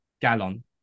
gallon